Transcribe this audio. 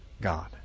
God